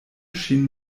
ŝin